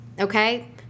Okay